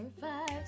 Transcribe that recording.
five